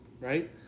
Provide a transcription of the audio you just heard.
right